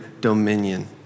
dominion